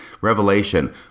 revelation